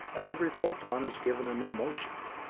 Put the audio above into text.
and every photon is given a new motion.